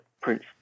Prince